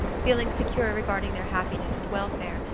feeling secure regarding their happiness and welfare,